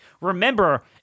Remember